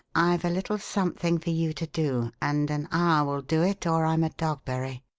i've a little something for you to do, and an hour will do it, or i'm a dogberry.